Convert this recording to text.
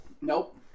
Nope